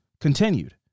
continued